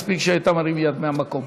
מספיק שהיית מרים יד מהמקום.